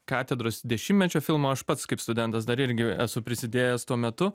katedros dešimtmečio filmo aš pats kaip studentas dar irgi esu prisidėjęs tuo metu